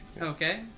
okay